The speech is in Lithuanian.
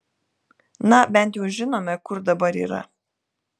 na bent jau žinome kur dabar yra